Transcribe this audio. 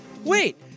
Wait